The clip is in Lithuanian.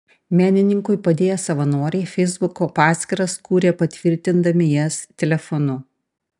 menininkui padėję savanoriai feisbuko paskyras kūrė patvirtindami jas telefonu